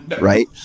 right